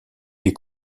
les